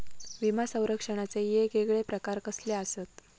विमा सौरक्षणाचे येगयेगळे प्रकार कसले आसत?